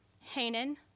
Hanan